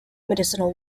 medicinal